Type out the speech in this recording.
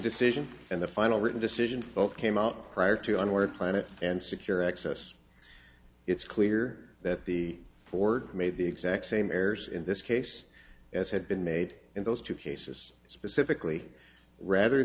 decision and the final written decision both came out prior to our planet and secure access it's clear that the ford made the exact same errors in this case as had been made in those two cases specifically rather